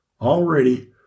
Already